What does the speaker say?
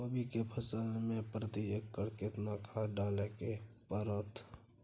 कोबी के फसल मे प्रति एकर केतना खाद डालय के परतय?